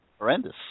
Horrendous